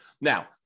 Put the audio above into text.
Now